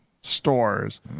stores